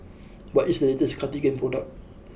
what is the latest Cartigain product